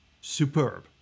superb